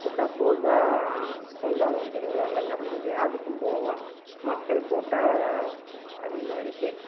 இப்போ தப்போதுதான் திருவிழாலாம் நடந்துது அதுக்கும் போவோம் மக்கள் கூட்ட அதிகமாக இருக்கு